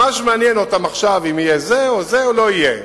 ממש מעניין אותם עכשיו אם יהיה זה או זה או לא יהיה.